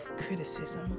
Criticism